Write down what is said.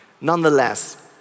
Nonetheless